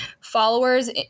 followers